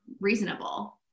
reasonable